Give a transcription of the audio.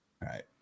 right